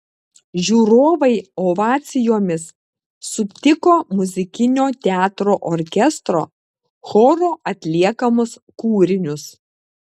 žiūrovai ovacijomis sutiko muzikinio teatro orkestro choro atliekamus kūrinius